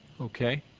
Okay